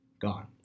gone